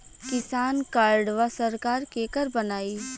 किसान कार्डवा सरकार केकर बनाई?